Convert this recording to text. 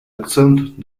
акцент